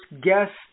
guest